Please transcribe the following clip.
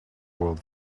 world